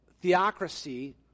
theocracy